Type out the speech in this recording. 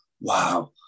wow